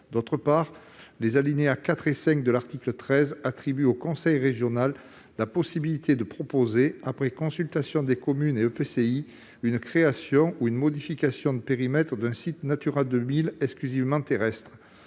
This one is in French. outre, les alinéas 4 et 5 de l'article 13 attribuent au conseil régional la possibilité de proposer, après consultation des communes et EPCI, la création ou la modification de périmètre d'un site Natura 2000 exclusivement terrestre.